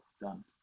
done